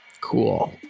Cool